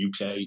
UK